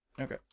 Okay